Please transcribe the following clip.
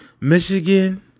Michigan